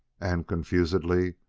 and, confusedly,